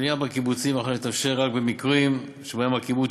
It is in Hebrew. בנייה בקיבוצים תתאפשר רק במקרים שבהם הקיבוץ